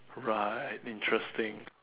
right interesting